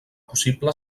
possible